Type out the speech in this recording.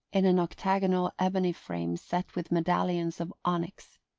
in an octagonal ebony frame set with medallions of onyx.